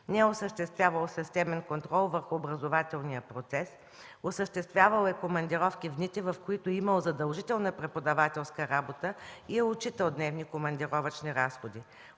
Не е осъществявал системен контрол върху образователния процес. Осъществявал е командировки в дните, в които е имал задължителна преподавателска работа и е учител, има дневни командировъчни разходи.